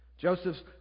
Joseph's